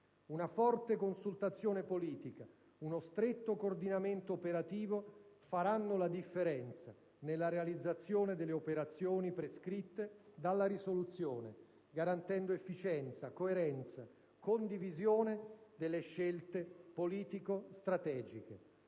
Una forte consultazione politica, uno stretto coordinamento operativo faranno la differenza nella realizzazione delle operazioni prescritte dalla risoluzione, garantendo efficienza, coerenza, condivisione delle scelte politico-strategiche.